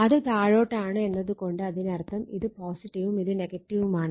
അത് താഴോട്ടാണ് എന്നത് കൊണ്ട് അതിനർത്ഥം ഇത് ഉം ഇത് ഉം ആണ്